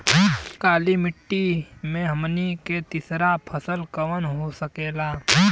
काली मिट्टी में हमनी के तीसरा फसल कवन हो सकेला?